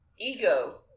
ego